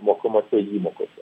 mokamose įmokose